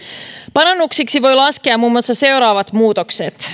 parannuksiksi voi laskea muun muassa seuraavat muutokset